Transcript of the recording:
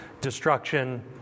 destruction